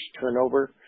turnover